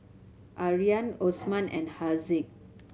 Aryan Osman and Haziq